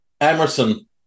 Emerson